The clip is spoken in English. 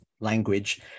language